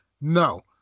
No